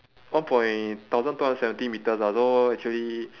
one point thousand two hundred seventy metres lah so actually